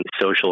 social